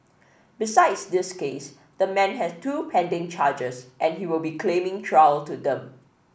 besides this case the man has two pending charges and he will be claiming trial to them